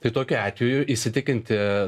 tai tokiu atveju įsitikinti